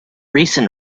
recent